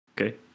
Okay